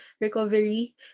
recovery